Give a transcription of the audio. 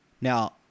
Now